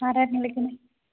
ആരായിരുന്നു വിളിക്കുന്നത്